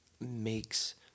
makes